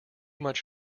much